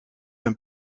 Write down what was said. een